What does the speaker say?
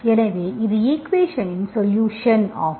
எனவே இது ஈக்குவேஷன்ஸ் இன் சொலுஷன் ஆகும்